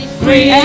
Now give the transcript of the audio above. free